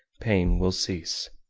pain will cease.